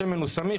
השמן סמיך,